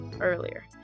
earlier